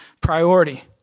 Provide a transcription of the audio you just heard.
priority